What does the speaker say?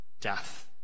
death